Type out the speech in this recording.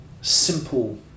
simple